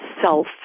self